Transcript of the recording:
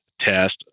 test